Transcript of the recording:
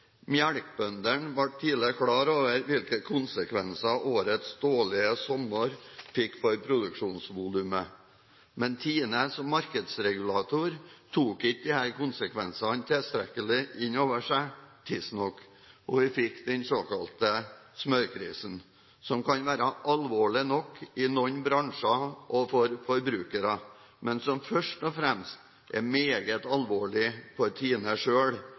klar over hvilke konsekvenser årets dårlige sommer fikk for produksjonsvolumet. Men Tine, som markedsregulator, tok ikke disse konsekvensene tilstrekkelig inn over seg tidsnok, og vi fikk den såkalte smørkrisen, som kan være alvorlig nok i noen bransjer og for forbrukere, men som først og fremst er meget alvorlig